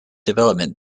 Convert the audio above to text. development